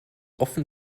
offen